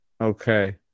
okay